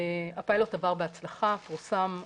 הפיילוט עבר בהצלחה, פורסם נוהל,